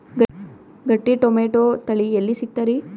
ಗಟ್ಟಿ ಟೊಮೇಟೊ ತಳಿ ಎಲ್ಲಿ ಸಿಗ್ತರಿ?